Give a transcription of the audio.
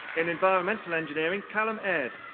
in environmental engineering, callum aird.